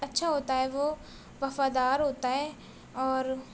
اچھا ہوتا ہے وہ وفادار ہوتا ہے اور